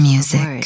Music